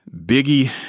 Biggie